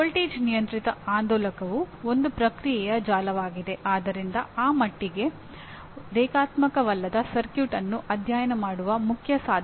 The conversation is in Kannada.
ಎಂಜಿನಿಯರ್ ಕೆಲಸವು ಏನನ್ನಾದರೂ ವಿನ್ಯಾಸಗೊಳಿಸಿ ಏನನ್ನಾದರೂ ಪರೀಕ್ಷಿಸಿ ಮತ್ತು ಅದನ್ನು ದಾಖಲಿಸಿ ಕೊನೆಗೊಳ್ಳುವುದಿಲ್ಲ